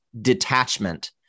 detachment